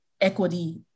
equity